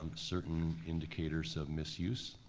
certain indicators of misuse.